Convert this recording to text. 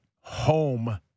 home